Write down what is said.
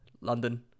london